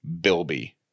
bilby